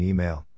Email